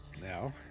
Now